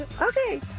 Okay